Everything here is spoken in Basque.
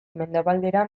mendebaldera